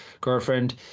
girlfriend